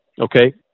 Okay